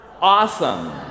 awesome